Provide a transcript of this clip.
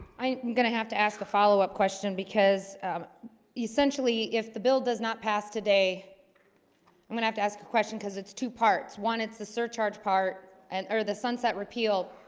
i mean gonna have to ask a follow-up question because essentially if the bill does not pass today i'm gonna have to ask a question because it's two parts one it's the surcharge part and or the sunset repeal,